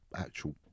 actual